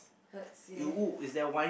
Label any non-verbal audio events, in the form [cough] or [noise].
let's see [breath]